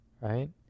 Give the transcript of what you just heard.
right